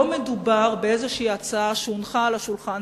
לא מדובר באיזושהי הצעה שהונחה על השולחן,